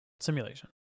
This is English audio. Simulation